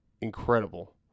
incredible